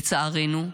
לצערנו,